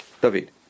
David